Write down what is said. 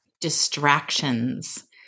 distractions